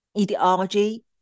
ideology